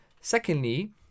Secondly